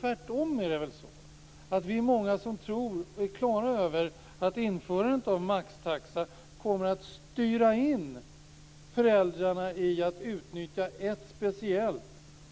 Tvärtom är det väl så att vi är många som är klara över att införandet av maxtaxa kommer att styra in föräldrar på att utnyttja ett speciellt